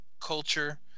culture